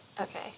Okay